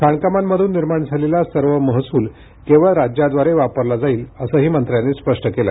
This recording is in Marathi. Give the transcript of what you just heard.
खाणकामांमधून निर्माण झालेला सर्व महसूल केवळ राज्याद्वारे वापरला जाईल असेही मंत्र्यांनी स्पष्ट केले